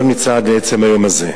זה לא נמצא עד עצם היום הזה.